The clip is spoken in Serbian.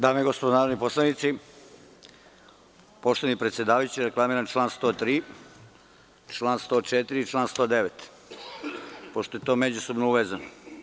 Dame i gospodo narodni poslanici, poštovani predsedavajući, reklamiram čl. 103. 104. i 109, pošto je to međusobno vezano.